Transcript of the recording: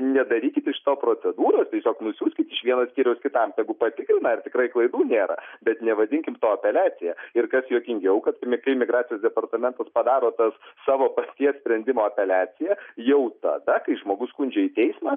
nedarykit iš to procedūros tiesiog nusiųskit iš vieno skyriaus kitam tegu patikrina ar tikrai klaidų nėra bet nevadinkim to apeliacija ir kas juokingiau kad mi kai migracijos departamentas padaro tas savo paties sprendimo apeliaciją jau tada kai žmogus skundžia į teismą